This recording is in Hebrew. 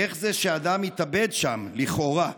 איך זה שאדם התאבד שם, לכאורה?